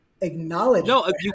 acknowledge